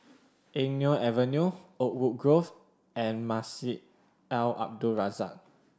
Eng Neo Avenue Oakwood Grove and Masjid Al Abdul Razak